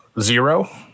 zero